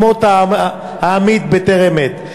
עם מות העמית בטרם עת.